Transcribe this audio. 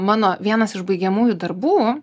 mano vienas iš baigiamųjų darbų